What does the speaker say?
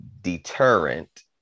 deterrent